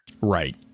Right